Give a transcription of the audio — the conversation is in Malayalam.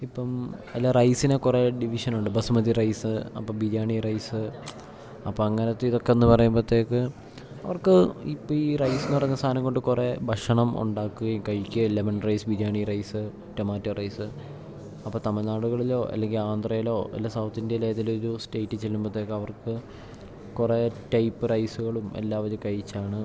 ഇപ്പം എല്ല റൈസിനെ കുറെ ഡിവിഷനുണ്ട് ബസ്മതി റൈസ് അപ്പം ബിരിയാണി റൈസ് അപ്പം അങ്ങനത്തെ ഇതൊക്കെ എന്ന് പറയുമ്പത്തേക്ക് അവർക്ക് ഇപ്പം ഈ റൈസ് എന്ന് പറയുന്ന സാധനം കൊണ്ട് കുറെ ഭക്ഷണം ഉണ്ടാക്കുകയും കഴിക്കുകയും lemon rice biryani rice tomato rice അപ്പം തമിഴ്നാടുകളിലോ അല്ലെങ്കിൽ ആന്ധ്രയിലോ അല്ലെൽ സൗത്ത് ഇന്ത്യയിൽ ഏതൊരു സ്റ്റേറ്റിൽ ചെല്ലുമ്പത്തേക്കവർക്ക് കുറെ ടൈപ്പ് റൈസ്കളും എല്ലാവരും കഴിച്ചാണ്